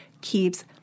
keeps